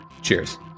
Cheers